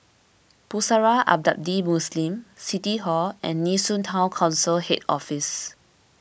Pusara Abadi Muslim City Hall and Nee Soon Town Council Head Office